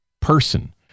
person